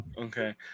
Okay